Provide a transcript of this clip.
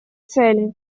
цели